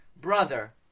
brother